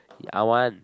I want